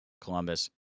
Columbus